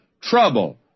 trouble